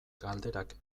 galderak